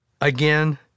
Again